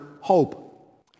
hope